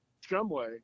shumway